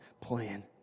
plan